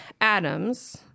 Adams